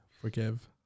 Forgive